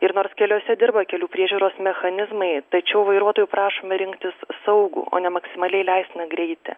ir nors keliuose dirba kelių priežiūros mechanizmai tačiau vairuotojų prašome rinktis saugų o ne maksimaliai leistiną greitį